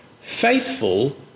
faithful